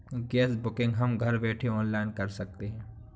gas booking हम घर बैठे ऑनलाइन कर सकते है